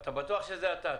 אתה בטוח שזה אתה?